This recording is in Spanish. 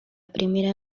primera